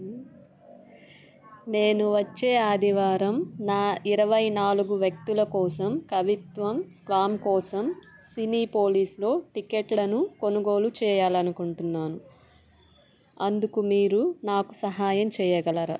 నేను వచ్చే ఆదివారం నా ఇరవై నాలుగు వ్యక్తుల కోసం కవిత్వం స్లామ్ కోసం సినీపోలీస్లో టిక్కెట్లను కొనుగోలు చేయాలనుకుంటున్నాను అందుకు మీరు నాకు సహాయం చేయగలరా